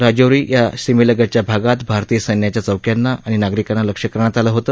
राजौरी या सीमेलगतच्या भागात भारतीय सैन्याच्या चौक्यांना आणि नागरिकांना लक्ष्य करण्यात आलं होत